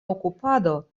okupado